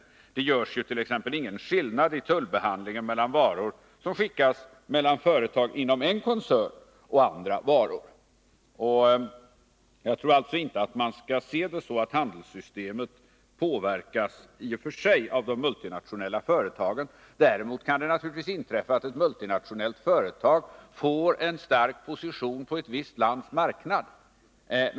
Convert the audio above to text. Vid tullbehandlingen görs t.ex. ingen skillnad mellan varor som skickas mellan företag inom en koncern och andra varor. Jag tror alltså inte att man skall se det så, att handelssystemet i och för sig påverkas av de multinationella företagen. Däremot kan det naturligtvis inträffa att ett multinationellt företag får en stark position på ett visst lands marknad.